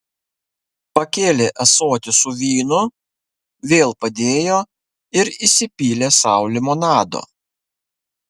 pakėlė ąsotį su vynu vėl padėjo ir įsipylė sau limonado